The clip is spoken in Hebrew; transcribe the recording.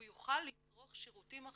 הוא יוכל לצרוך שירותים מאובטחים,